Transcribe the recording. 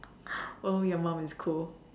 oh your mom is cool